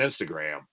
Instagram